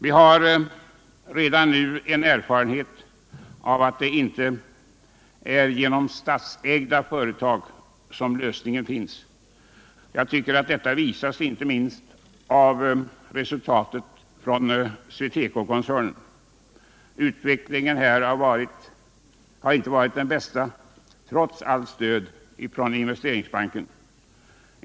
; Vi har redan nu erfarenhet av att det inte är statsägda företag som är lösningen. Jag tycker att detta visas inte minst av resultatet av SweTecokoncernen. Utvecklingen här har inte varit den bästa trots allt stöd från Investeringsbanken.